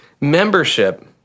membership